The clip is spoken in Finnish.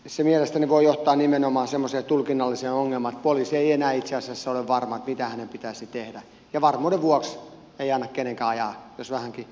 se mielestäni voi johtaa nimenomaan semmoiseen tulkinnalliseen ongelmaan että poliisi ei enää itse asiassa ole varma mitä hänen pitäisi tehdä ja varmuuden vuoksi ei anna kenenkään ajaa jos vähänkin mittari tärähtää